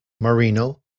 Marino